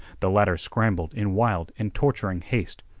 the latter scrambled in wild and torturing haste.